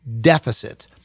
deficit